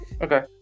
Okay